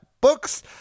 Books